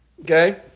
Okay